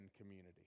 community